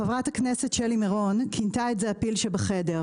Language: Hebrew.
חברת הכנסת שלי מירון כינתה את זה "הפיל שבחדר".